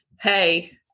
Hey